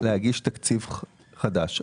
להגיש תקציב חדש.